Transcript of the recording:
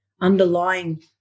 underlying